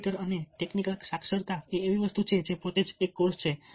computer અને technical સાક્ષરતા એ એક એવી વસ્તુ છે જે પોતે જ એક કોર્સ છે